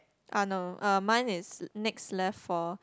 ah no uh mine is next left for